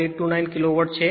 829 kilowatt છે